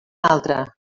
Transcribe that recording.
altre